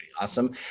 Awesome